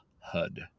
HUD